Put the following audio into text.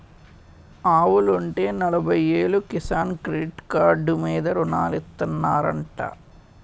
ఆవులుంటే నలబయ్యేలు Kisan credit card మీద రుణాలిత్తనారంటా